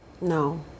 no